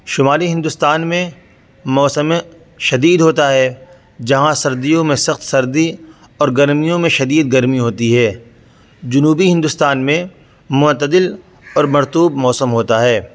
شمالی ہندوستان میں موسم شدید ہوتا ہے جہاں سردیوں میں سخت سردی اور گرمیوں میں شدید گرمی ہوتی ہے جنوبی ہندوستان میں معتدل اور مرطوب موسم ہوتا ہے